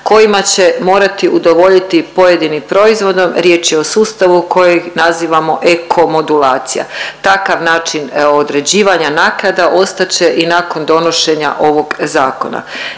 kojima će morati udovoljiti pojedini proizvodi. Riječ je o sustavu kojeg nazivamo Eko-modulacija. Takav način određivanja naknada ostat će i nakon donošenja ovog zakona.